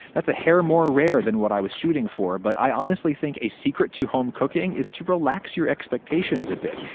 that's a hair more rare than what i was shooting for, but i honestly think a secret to home cooking is to relax your expectations a bit.